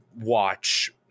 watch